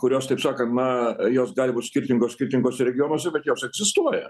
kurios taip sakant na jos gali būt skirtingos skirtinguose regionuose bet jos egzistuoja